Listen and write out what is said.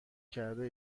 کرده